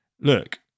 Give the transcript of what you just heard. look